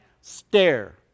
stare